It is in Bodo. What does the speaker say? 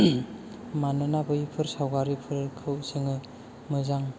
मानोना बैफोर सावगारिफोरखौ जोङो मोजां